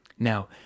Now